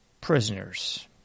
prisoners